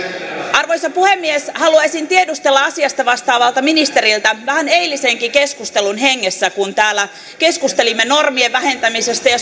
arvoisa puhemies haluaisin tiedustella asiasta vastaavalta ministeriltä vähän eilisenkin keskustelun hengessä kun täällä keskustelimme normien vähentämisestä ja